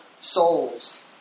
souls